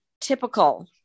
typical